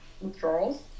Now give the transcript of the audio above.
withdrawals